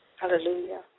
Hallelujah